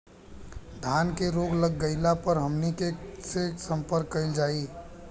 धान में रोग लग गईला पर हमनी के से संपर्क कईल जाई?